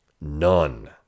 none